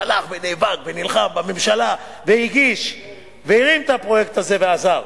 שהלך ונאבק ונלחם בממשלה והגיש והרים את הפרויקט הזה ועזר,